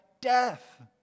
death